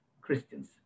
Christians